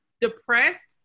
depressed